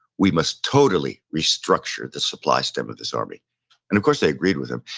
we must totally restructure the supply stem of this army. and of course they agreed with him.